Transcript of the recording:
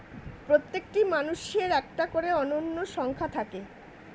প্রত্যেকটি মানুষের একটা করে অনন্য সংখ্যা থাকে